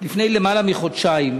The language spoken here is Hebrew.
לפני למעלה מחודשיים,